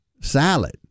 Salad